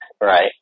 Right